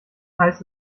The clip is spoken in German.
heißt